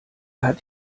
hat